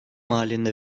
halinde